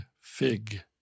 fig